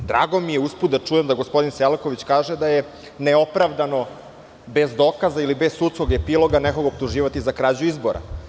Drago mi je usput da čujem da gospodin Selaković kaže da je neopravdano, bez dokaza ili bez sudskog epiloga nekog optuživati za krađu izbora.